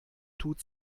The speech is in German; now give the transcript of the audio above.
tut